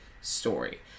story